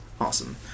Awesome